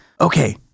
okay